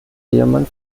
ehemann